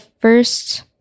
first